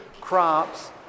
crops